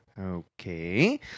Okay